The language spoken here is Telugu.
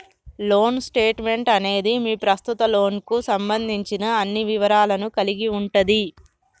లోన్ స్టేట్మెంట్ అనేది మీ ప్రస్తుత లోన్కు సంబంధించిన అన్ని వివరాలను కలిగి ఉంటది